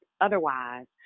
Otherwise